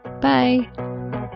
Bye